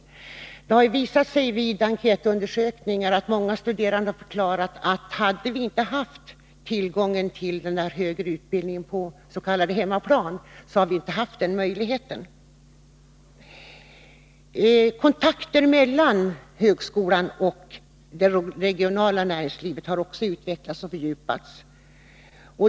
Vid enkäter har det visat sig att många studerande förklarat att de utan tillgång till högre utbildning på ”hemmaplan” över huvud taget inte hade kunnat studera. Kontakterna mellan högskolan och det regionala näringslivet har utvecklats och fördjupats.